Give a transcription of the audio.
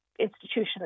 institutional